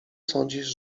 sądzisz